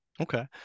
Okay